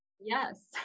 Yes